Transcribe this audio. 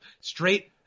straight